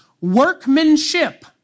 workmanship